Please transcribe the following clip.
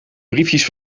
briefjes